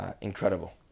incredible